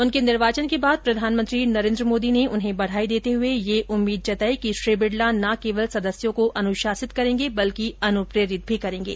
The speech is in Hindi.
उनके निर्वाचन के बाद प्रधानमंत्री नरेन्द्र मोदी ने उन्हें बधाई देते हुए यह उम्मीद जताई कि श्री बिड़ला ना केवल सदस्यों को अनुशासित करेंगे बल्कि अनुप्रेरित भी करेंगे